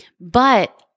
But-